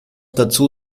dazu